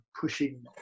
pushing